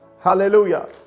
Hallelujah